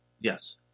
Yes